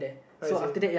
I see